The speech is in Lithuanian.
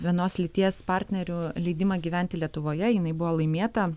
vienos lyties partnerių leidimą gyventi lietuvoje jinai buvo laimėta